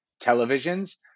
televisions